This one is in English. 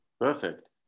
Perfect